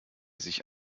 sich